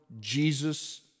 Jesus